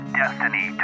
destiny